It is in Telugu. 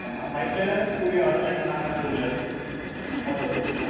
అవునా బైక్ లేదన్నా స్కూటీ కావాలా లేదంటే నార్మల్ టూ వీలర్ మోటార్ వెహికలా